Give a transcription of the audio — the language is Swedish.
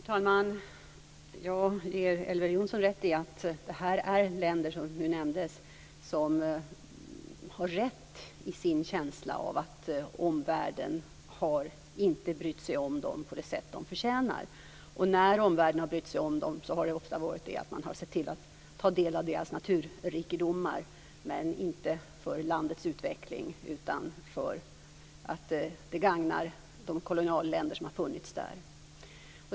Fru talman! Jag håller med Elver Jonsson om att de länder som nu nämndes har rätt i sin känsla av att omvärlden inte har brytt sig om dem på det sätt som de förtjänar. När omvärlden väl har brytt sig om dem har det ofta varit för att se till att ta del av deras naturrikedomar. Det har inte varit för ländernas egen utveckling utan för att det gagnar de kolonialländer som har funnits där.